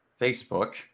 Facebook